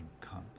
comes